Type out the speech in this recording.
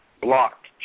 blocked